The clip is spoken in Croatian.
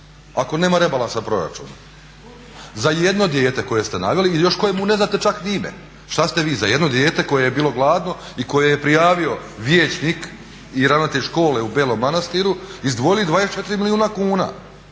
ako nema rebalansa proračuna za jedno dijete koje ste naveli i još kojemu ne znate čak ni ime. Šta ste vi za jedno dijete koje je bilo gladno i koje je prijavio vijećnik i ravnatelj škole u Belom Manastiru izdvojili 24 milijuna kuna,